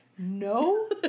No